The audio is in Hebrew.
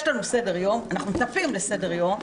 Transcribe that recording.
יש לנו סדר יום אנחנו מצפים לסדר יום,